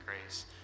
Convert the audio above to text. grace